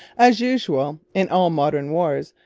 as usual in all modern wars,